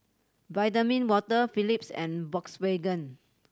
Vitamin Water Philips and Volkswagen